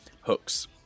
hooks